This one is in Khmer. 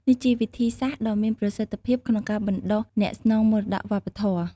នេះជាវិធីសាស្ត្រដ៏មានប្រសិទ្ធភាពក្នុងការបណ្តុះអ្នកស្នងមរតកវប្បធម៌។